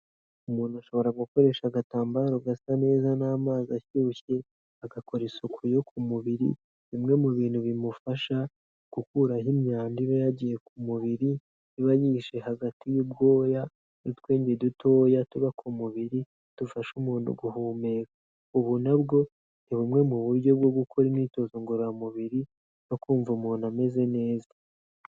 Umuntu ashobora gukoresha agatambaro gasa neza n'amazi ashyushye, agakora isuku yo ku mubiri, bimwe mu bintu bimufasha gukuraho imyanda iba yagiye ku mubiri, iba yihishe hagati y'ubwoya n'utwenge dutoya tuba ku mubiri dufasha umuntu guhumeka, ubu nabwo ni bumwe mu buryo bwo gukora imyitozo ngororamubiri, no kumva umuntu ameze neza.